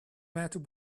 matter